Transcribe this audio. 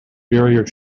barrier